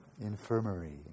Infirmary